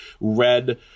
red